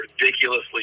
ridiculously